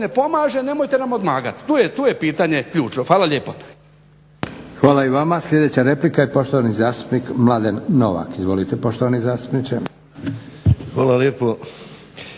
ne pomaže, nemojte nam odmagati, tu je, tu je pitanje ključno. Hvala lijepa. **Leko, Josip (SDP)** Hvala i vama, sljedeća replika je poštovani zastupnik Mladen Novak, izvolite poštovani zastupniče. **Novak, Mladen